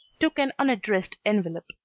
took an unaddressed envelope,